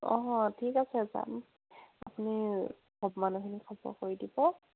অঁ ঠিক আছে যাম আপুনি মানুহখিনি খবৰ কৰি দিব